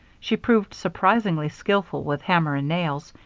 she proved surprisingly skillful with hammer and nails,